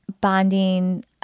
bonding